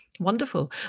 Wonderful